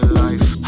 life